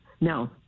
No